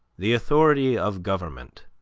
the authority of government,